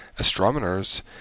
Astronomers